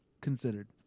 considered